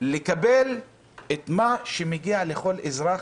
לקבל את מה שמגיע לכל אזרח,